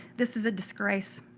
this is a disgrace.